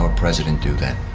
ah president do that?